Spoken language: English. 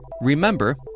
remember